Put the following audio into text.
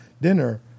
dinner